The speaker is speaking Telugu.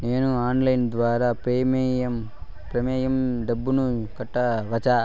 నేను ఆన్లైన్ ద్వారా ప్రీమియం డబ్బును కట్టొచ్చా?